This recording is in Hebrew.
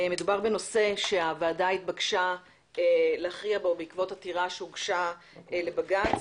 מדובר בנושא שהוועדה התבקשה להכריע בו בעקבות עתירה שהוגשה לבג"ץ